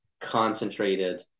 concentrated